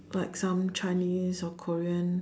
like some Chinese or Korean